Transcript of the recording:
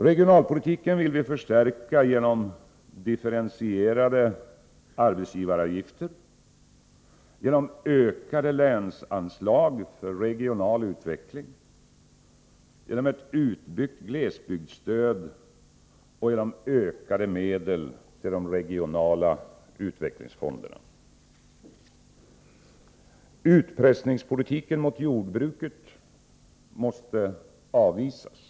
Regionalpolitiken vill vi förstärka genom differentierade arbetsgivaravgifter, ökade länsanslag för regional utveckling, utbyggt glesbygdsstöd och ökade medel till de regionala utvecklingsfonderna. Utpressningspolitiken mot jordbruket måste avvisas.